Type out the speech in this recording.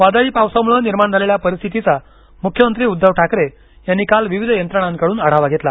वादळी पावसामुळे निर्माण झालेल्या परिस्थितीचा मुख्यमंत्री उद्धव ठाकरे यांनी काल विविध यंत्रणांकडून आढावा घेतला